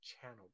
channel